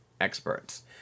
experts